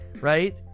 right